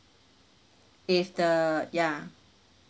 if the ya